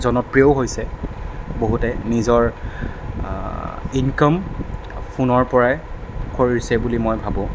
জনপ্ৰিয়ও হৈছে বহুতে নিজৰ ইনকম ফোনৰ পৰাই কৰিছে বুলি মই ভাবোঁ